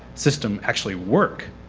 system actually work.